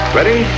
Ready